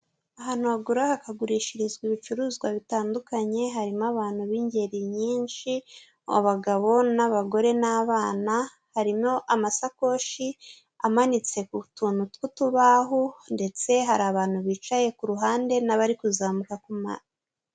Ahantu hagura hakagurishirizwa ibicuruzwa bitandukanye, harimo abantu b'ingeri nyinshi, abagabo n'abagore n'abana, harimo amasakoshi amanitse ku tuntu tw'utubaho ndetse hari abantu bicaye ku ruhande n'abari kuzamuka ku ma...